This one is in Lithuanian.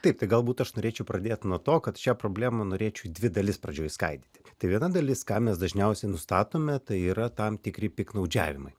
taip galbūt aš norėčiau pradėti nuo to kad šią problemą norėčiau dvi dalis pradžioje išskaidyti tai viena dalis ką mes dažniausiai nustatome tai yra tam tikri piktnaudžiavimai